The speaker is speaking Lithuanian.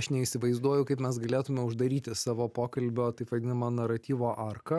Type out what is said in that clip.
aš neįsivaizduoju kaip mes galėtume uždaryti savo pokalbio taip vadinamo naratyvo arką